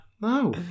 No